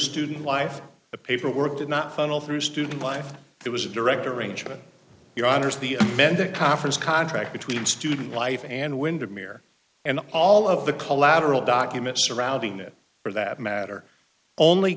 student life the paperwork did not funnel through student life it was a direct arrangement your honour's the amended conference contract between student life and wyndham year and all of the collateral documents surrounding it for that matter only